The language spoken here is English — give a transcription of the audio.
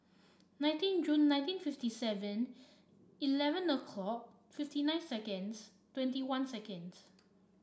nineteen Jun nineteen fifty Seven Eleven nor call fifty nine seconds twenty one seconds